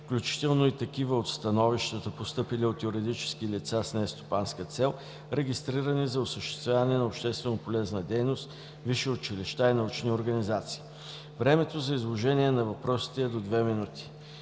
включително и такива от становищата, постъпили от юридически лица с нестопанска цел, регистрирани за осъществяване на общественополезна дейност, висши училища и научни организации. Времето за изложение на въпросите е до 2 минути.